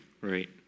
Right